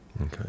Okay